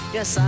Yes